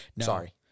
Sorry